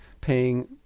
paying